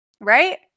right